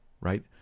right